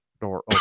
door